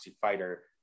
fighter